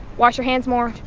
wash your hands more.